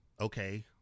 okay